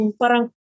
parang